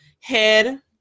head